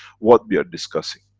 what we are discussing,